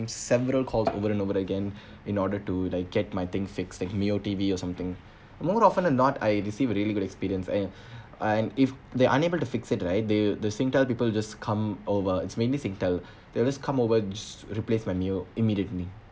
several calls over and over again in order to like get my thing fixed the mio T_V or something more often or not I receive a really good experience and and if they unable to fix it right they the Singtel people just come over it's mainly Singtel they'll just come over just replace my mio immediately